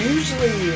Usually